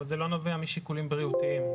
אבל זה לא נובע משיקולים בריאותיים.